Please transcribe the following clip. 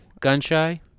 Gunshy